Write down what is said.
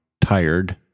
tired